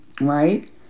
right